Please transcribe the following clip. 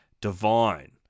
divine